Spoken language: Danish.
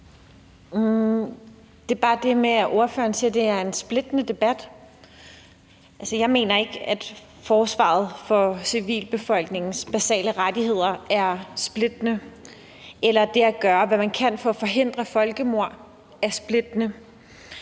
Det er bare det med, at ordføreren siger, at det er en splittende debat. Jeg mener ikke, at forsvaret for civilbefolkningens basale rettigheder er splittende, eller at det at gøre, hvad man kan, for at forhindre folkemord er splittende.